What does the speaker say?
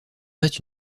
reste